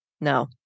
No